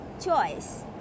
choice